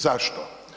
Zašto?